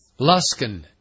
Luskin